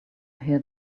hear